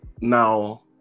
Now